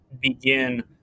begin